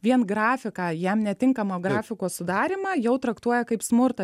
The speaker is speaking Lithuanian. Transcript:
vien grafiką jam netinkamo grafiko sudarymą jau traktuoja kaip smurtą